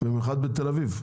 במיוחד בתל אביב.